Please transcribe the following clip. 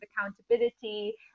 accountability